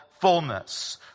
fullness